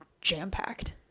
jam-packed